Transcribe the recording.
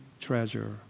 treasure